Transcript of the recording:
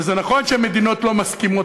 וזה נכון שמדינות לא מסכימות,